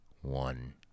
one